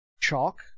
chalk